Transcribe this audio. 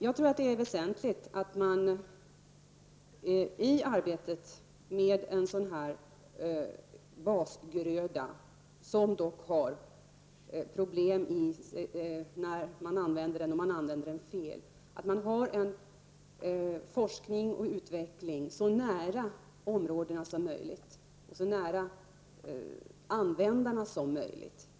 Jag tror att det är väsentligt att man i arbetet med en sådan basgröda, som dock i sin användning — om man använder den fel — innebär problem, har en forskning och ett utvecklingsarbete så nära områdena som möjligt, så nära användarna som möjligt.